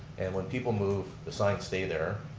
and when people move, the signs stay there.